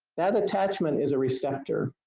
that attachment is a receptor.